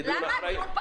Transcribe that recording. זה דיון אחראי.